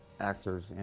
actors